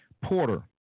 Porter